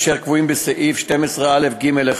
אשר קבועים בסעיף 12א(ג)(1)